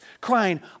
crying